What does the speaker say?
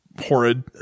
horrid